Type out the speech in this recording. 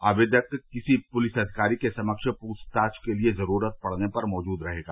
आवेदक किसी पुलिस अधिकारी के समक्ष पूछताछ के लिए जरूरत पड़ने पर मौजूद रहेगा